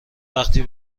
وقتی